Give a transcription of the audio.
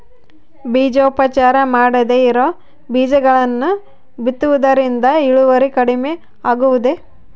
ಬೇಜೋಪಚಾರ ಮಾಡದೇ ಇರೋ ಬೇಜಗಳನ್ನು ಬಿತ್ತುವುದರಿಂದ ಇಳುವರಿ ಕಡಿಮೆ ಆಗುವುದೇ?